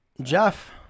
Jeff